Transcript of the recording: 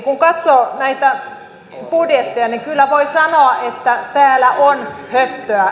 kun katsoo näitä budjetteja niin kyllä voi sanoa että tällä on höttöä